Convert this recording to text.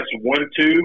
one-two